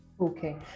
Okay